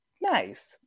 nice